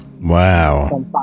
Wow